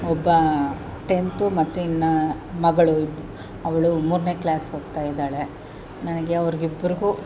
ಒಬ್ಬ ಟೆಂತು ಮತ್ತಿನ್ನು ಮಗಳು ಅವಳು ಮೂರನೇ ಕ್ಲಾಸ್ ಓದ್ತಾ ಇದ್ದಾಳೆ ನನಗೆ ಅವರಿಗಿಬ್ರಿಗೂ